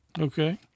Okay